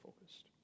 focused